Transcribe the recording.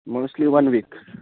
mostly one week